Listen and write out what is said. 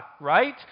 right